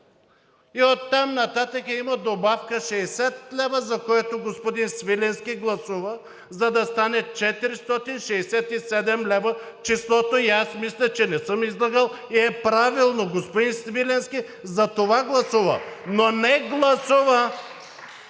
Оттам нататък има добавка 60 лв., за което господин Свиленски гласува, за да стане 467 лв. числото и аз мисля, че не съм излъгал и е правилно. Господин Свиленски за това гласува. Но не гласува